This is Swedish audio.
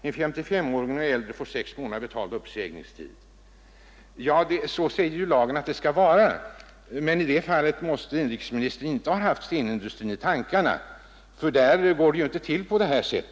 En SS-åring och äldre får 6 månaders betald uppsägningstid.” Ja, så säger lagen att det skall vara, men därvidlag måtte inrikesministern inte ha haft stenindustrin i tankarna, ty där går det ju inte till på detta sätt.